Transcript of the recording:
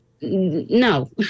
No